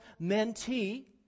mentee